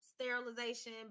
sterilization